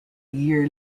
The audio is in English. year